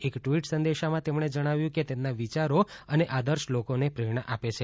એક ટવીટ સંદેશામાં તેમણે જણાવ્યું કે તેમના વિયારો અને આદર્શ લોકોને પ્રેરણા આપે છે